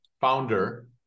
founder